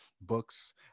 books